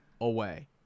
away